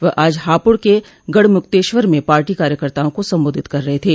वह आज हापुड़ के गढ़मुक्तेश्वर में पार्टी कार्यकताओं को संबोधित कर रहे थे